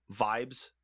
vibes